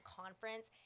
conference